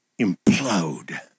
implode